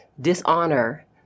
dishonor